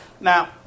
Now